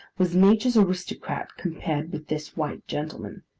was nature's aristocrat compared with this white gentleman.